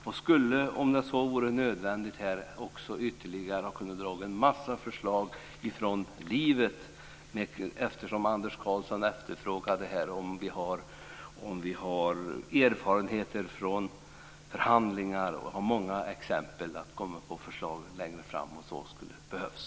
Jag skulle, om det hade varit nödvändigt, ha kunnat ge exempel på en mängd förslag från livet, eftersom Anders Karlsson undrade om vi har erfarenheter från förhandlingar. Och jag har många förslag att föra fram längre fram om det behövs.